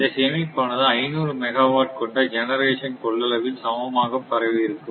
இந்த சேமிப்பானது 500 megawatt கொண்ட ஜெனரேஷன் கொள்ளளவில் சமமாக பரவியிருக்கும்